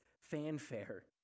fanfare